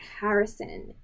Harrison